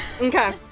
Okay